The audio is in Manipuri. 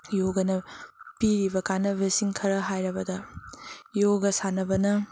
ꯌꯣꯒꯅ ꯄꯤꯔꯤꯕ ꯀꯥꯟꯅꯕꯁꯤꯡ ꯈꯔ ꯍꯥꯏꯔꯕꯗ ꯌꯣꯒ ꯁꯥꯟꯅꯕꯅ